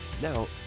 Now